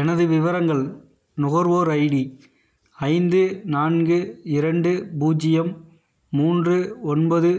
எனது விவரங்கள் நுகர்வோர் ஐடி ஐந்து நான்கு இரண்டு பூஜ்யம் மூன்று ஒன்பது